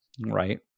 Right